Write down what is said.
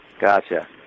Gotcha